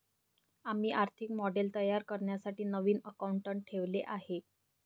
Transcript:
आम्ही आर्थिक मॉडेल तयार करण्यासाठी नवीन अकाउंटंट ठेवले आहे